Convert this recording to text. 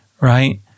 right